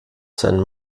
sein